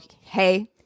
hey